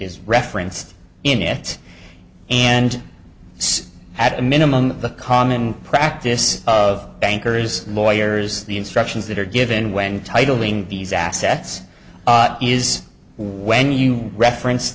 is referenced in it and so at a minimum the common practice of bankers lawyers the instructions that are given when titling these assets is when you reference